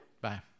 Bye